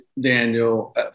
Daniel